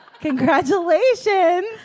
Congratulations